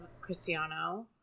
Cristiano